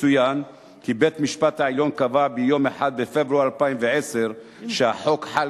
יצוין כי בית-המשפט העליון קבע ביום 1 בפברואר 2010 שהחוק חל